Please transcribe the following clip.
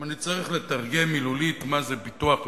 אם אני אתרגם מילולית מה זה ביטוח לאומי,